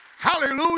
Hallelujah